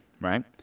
right